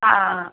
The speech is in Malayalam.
ആ ആ